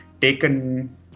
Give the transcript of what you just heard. taken